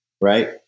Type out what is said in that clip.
right